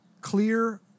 clear